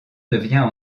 devient